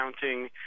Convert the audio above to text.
counting